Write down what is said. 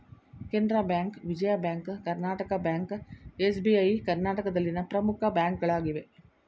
Canara bank, Vijaya bank, Karnataka bank, SBI ಕರ್ನಾಟಕದಲ್ಲಿನ ಪ್ರಮುಖ ಬ್ಯಾಂಕ್ಗಳಾಗಿವೆ